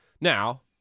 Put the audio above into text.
Now